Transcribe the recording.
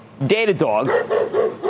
Datadog